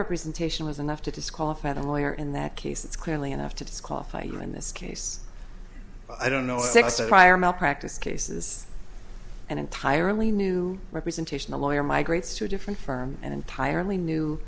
representation was enough to disqualify the lawyer in that case it's clearly enough to disqualify you in this case i don't know sixty prior malpractise cases and entirely new representation a lawyer migrates to a different firm an entirely new